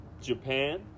Japan